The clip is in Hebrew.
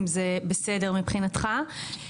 אם זה בסדר מבחינתך.